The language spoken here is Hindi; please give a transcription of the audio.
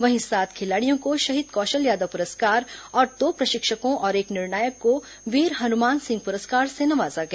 वहीं सात खिलाड़ियों को शहीद कौशल यादव पुरस्कार और दो प्रशिक्षकों और एक निर्णायक को वीर हनुमान सिंह पुरस्कार से नवाजा गया